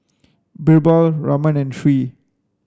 Birbal Raman and Tree